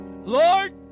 Lord